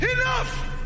Enough